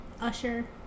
usher